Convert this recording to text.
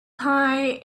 pie